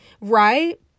right